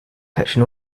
collection